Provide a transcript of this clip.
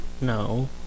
No